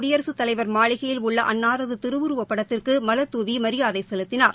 குடியரசுத் தலைவர் மாளிகையில் உள்ள அன்னாரது திருவுருவப் படத்திற்கு மலர்தூவி மரியாதை செலுத்தினார்